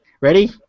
Ready